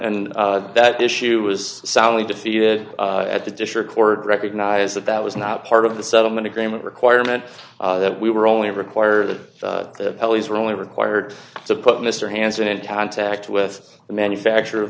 and that issue was soundly defeated at the dish record recognize that that was not part of the settlement agreement requirement that we were only require that the police were only required to put mr hanson in town to act with the manufacture of